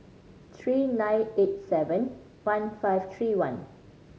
three nine eight seven one five three one